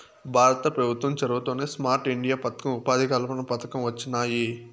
భారత పెభుత్వం చొరవతోనే స్మార్ట్ ఇండియా పదకం, ఉపాధి కల్పన పథకం వొచ్చినాయి